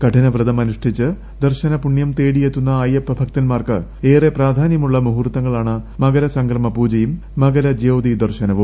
കഠിനവ്രതം അനുഷ്ഠിച്ച് ദർശന പുണ്യം തേടിയെത്തുന്ന അയ്യപ്പ ഭക്തന്മാർക്ക് ഏറെ പ്രാധാന്യമുള്ള മുഹൂർത്തങ്ങളാണ് മകരസംക്രമപൂജയും മകരജ്യോതി ദർശനവും